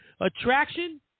attraction